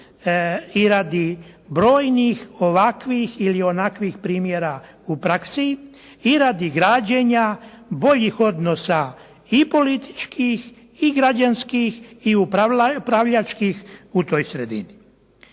i radi brojnih ovakvih ili onakvih primjera u praksi i radi građenja boljih odnosa i političkih i građanskih i upravljačkih u toj sredini.